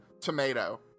tomato